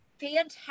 fantastic